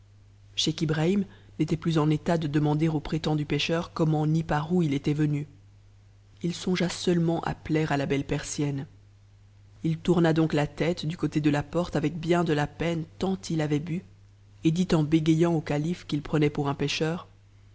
scheich ibrahim n'était plus en état de demander au prétendu pêcheur comment ni par où it était venu il songea seulement à plaire à la belle t'o'sienue it tourna donc la tête du côté de la porte avec bien de la opine tant i avait bu et dit en bégayant au calife qu'il prenait pour h